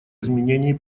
изменении